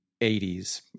80s